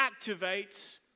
activates